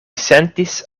sentis